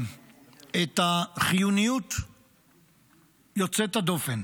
את החיוניות יוצאת הדופן